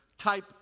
type